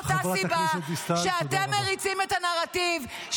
בדיוק מאותה סיבה שאתם מריצים את הנרטיב -- חברת הכנסת דיסטל,